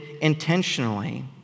intentionally